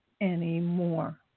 anymore